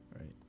right